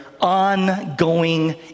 ongoing